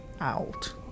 out